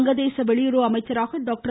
வங்கதேச வெளியுறவு அமைச்சராக டாக்டர்